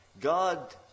God